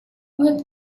what